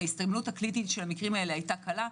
הסתמנות קלינית של המקרים האלה היתה קלה.